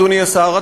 אדוני השר,